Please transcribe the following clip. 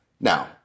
Now